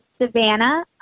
Savannah